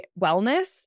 Wellness